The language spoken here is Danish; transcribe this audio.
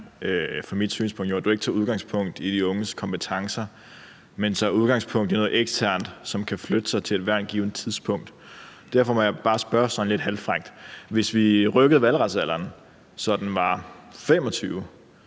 at man ikke tager udgangspunkt i de unges kompetencer, men tager udgangspunkt i noget eksternt, som kan flytte sig på ethvert givent tidspunkt. Derfor må jeg bare spørge sådan lidt halvfrækt: Hvis vi rykkede valgretsalderen, så den var 25